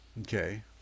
okay